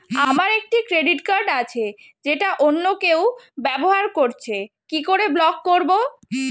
আমার একটি credit card আছে যেটা অন্য কেউ ব্যবহার করছে কি করে ব্লক করবো?